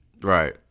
Right